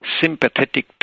sympathetic